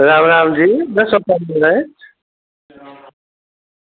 राम राम जी बोला दे